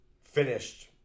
finished